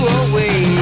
away